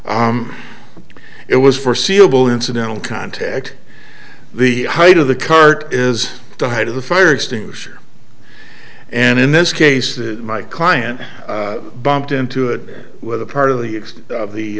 it was foreseeable incidental contact the height of the cart is the height of the fire extinguisher and in this case my client bumped into it with a part of the x of